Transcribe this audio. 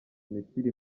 misiri